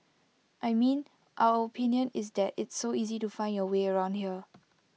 I mean our opinion is that it's so easy to find your way around here